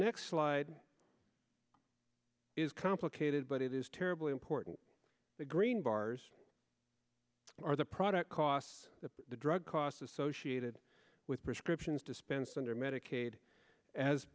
next slide is complicated but it is terribly important the green bars are the product costs the drug costs associated with prescriptions dispensed under medicaid as